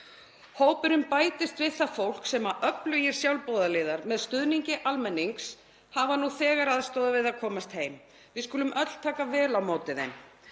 Hópurinn bætist við það fólk sem öflugir sjálfboðaliðar með stuðningi almennings hafa nú þegar aðstoðað við að komast heim. Við skulum öll taka vel á móti þeim.